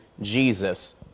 Jesus